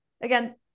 Again